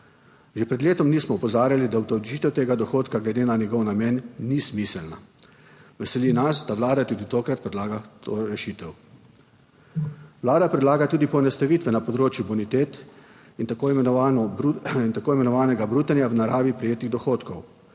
Že pred letom dni smo opozarjali, da obdavčitev tega dohodka glede na njegov namen ni smiselna. Veseli nas, da Vlada tudi tokrat predlaga to rešitev. Vlada predlaga tudi poenostavitve na področju bonitet in tako imenovanega brutanja v naravi prejetih dohodkov.